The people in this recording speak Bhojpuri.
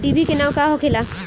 डिभी के नाव का होखेला?